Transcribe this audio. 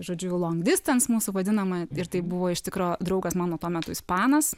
žodžiu long distance mūsų vadinama ir tai buvo iš tikro draugas mano tuo metu ispanas